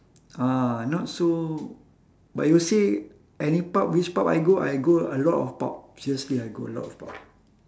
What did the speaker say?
ah not so but you say any pub which pub I go I go a lot of pub seriously I go a lot of pub